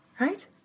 right